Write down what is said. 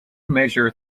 major